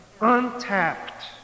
untapped